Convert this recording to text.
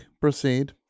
Proceed